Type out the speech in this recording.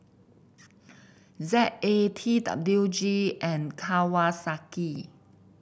Z A T W G and Kawasaki